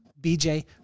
BJ